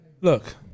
Look